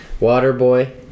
Waterboy